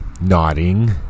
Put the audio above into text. nodding